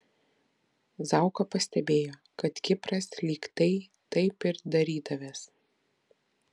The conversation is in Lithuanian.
zauka pastebėjo kad kipras lyg tai taip ir darydavęs